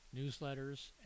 newsletters